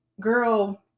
girl